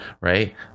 right